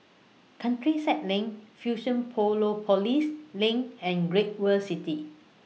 Countryside LINK LINK and Great World City